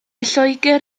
lloegr